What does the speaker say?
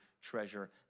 treasure